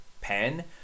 pen